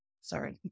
sorry